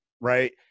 right